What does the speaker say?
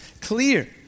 clear